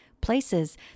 places